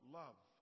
love